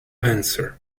answer